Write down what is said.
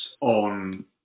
on